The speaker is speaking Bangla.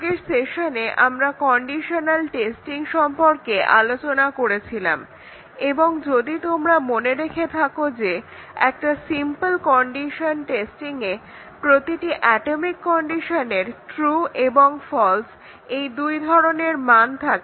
আগের সেশনে আমরা কন্ডিশনাল টেস্টিং সম্পর্কে আলোচনা করেছিলাম এবং যদি তোমরা মনে রেখে থাকো যে একটা সিম্পল কন্ডিশন টেস্টিংয়ে প্রতিটি অ্যাটমিক কন্ডিশনের ট্রু এবং ফল্স্ এই দুই ধরনের মান থাকে